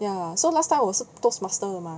ya last time 我是 Toastmaster 的 mah